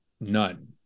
None